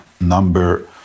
number